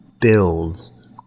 builds